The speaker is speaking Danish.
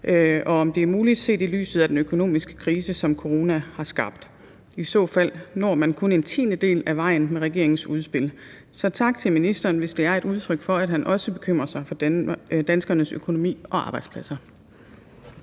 og om det er muligt set i lyset af den økonomiske krise, som coronaen har skabt. I så fald når man kun en tiendedel af vejen med regeringens udspil. Så tak til ministeren, hvis det er et udtryk for, at han også bekymrer sig for danskernes økonomi og arbejdspladser.